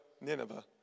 Nineveh